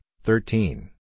thirteen